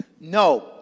No